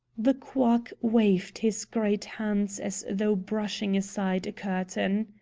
the quack waved his great hands as though brushing aside a curtain.